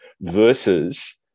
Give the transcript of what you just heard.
versus